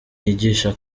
yigisha